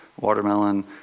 watermelon